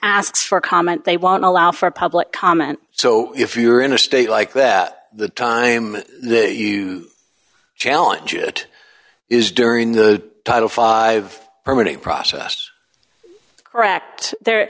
asks for comment they won't allow for public comment so if you're in a state like that the time the challenge it is during the title five permitting process correct there